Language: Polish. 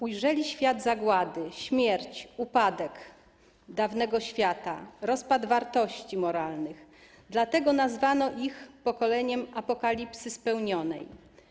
Ujrzeli świat zagłady, śmierć, upadek dawnego świata, rozpad wartości moralnych, dlatego nazwano ich pokoleniem apokalipsy spełnionej.